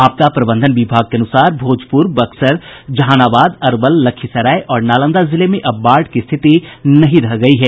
आपदा प्रबंधन विभाग के अनुसार भोजपुर बक्सर जहानाबाद अरवल लखीसराय और नालंदा जिले में अब बाढ़ की स्थिति नहीं रह गयी है